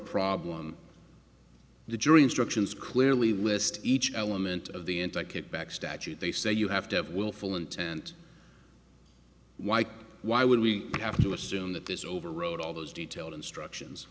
problem the jury instructions clearly list each element of the entire kickback statute they say you have to have willful intent why why would we have to assume that this will override all those detailed instructions